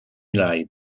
live